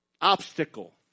obstacle